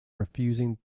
refusing